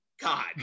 God